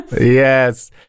Yes